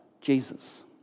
Jesus